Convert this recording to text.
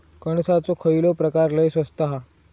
कणसाचो खयलो प्रकार लय स्वस्त हा?